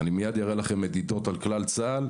אני אראה לכם מדידות על כלל צה"ל,